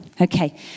Okay